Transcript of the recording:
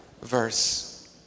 verse